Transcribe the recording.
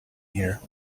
here